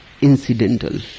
incidental